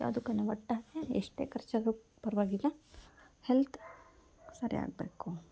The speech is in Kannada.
ಯಾವ್ದಕ್ಕು ಒಟ್ಟು ಎಷ್ಟೇ ಖರ್ಚಾದ್ರೂ ಪರವಾಗಿಲ್ಲ ಹೆಲ್ತ್ ಸರಿಯಾಗಬೇಕು